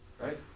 right